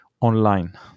online